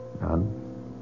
None